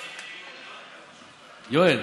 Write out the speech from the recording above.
יואל,